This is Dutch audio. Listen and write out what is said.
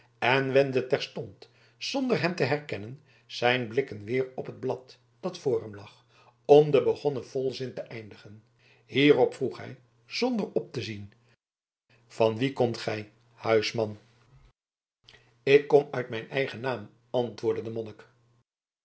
en wendde terstond zonder hem te herkennen zijn blikken weer op het blad dat voor hem lag om den begonnen volzin te eindigen hierop vroeg hij zonder op te zien van wien komt gij huisman ik kom uit mijn eigen naam antwoordde de